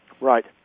Right